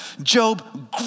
Job